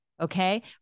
okay